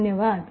धन्यवाद